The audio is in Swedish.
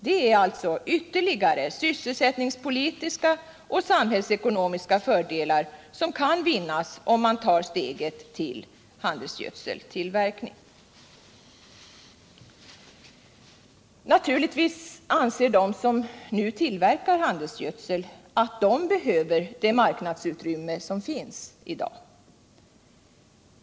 Det är alltså ytterligare sysselsättningspolitiska och sam hällsekonomiska fördelar som kan vinnas om man tar steget till handelsgödseltillverkning. Naturligtvis anser de som tillverkar handelsgödsel att de behöver det marknadsutrymme som finns i dag.